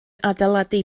adeiladu